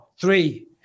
three